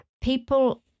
people